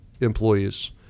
employees